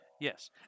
Yes